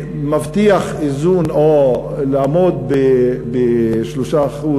מבטיח איזון או לעמוד ב-3%